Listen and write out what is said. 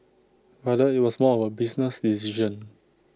rather IT was more of A business decision